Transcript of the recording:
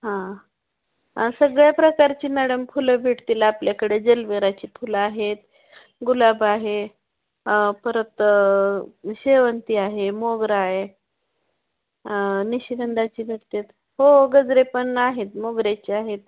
हां सगळ्या प्रकारची मॅडम फुलं भेटतील आपल्याकडे जलबेराची फुलं आहेत गुलाब आहे परत शेवंती आहे मोगरा आहे निशिगंधाची भेटतात हो गजरे पण आहेत मोगऱ्याचे आहेत